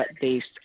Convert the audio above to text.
based